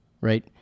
Right